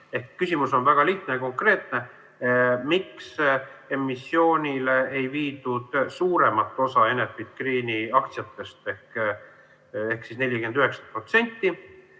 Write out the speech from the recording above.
küsimus on väga lihtne ja konkreetne: miks emissioonile ei viidud suuremat osa Enefit Greeni aktsiatest ehk